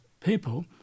people